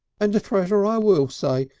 and a treasure i will say,